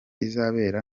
izabera